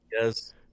Yes